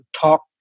talk